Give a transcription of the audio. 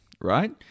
right